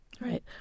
Right